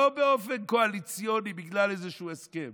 לא באופן קואליציוני בגלל איזשהו הסכם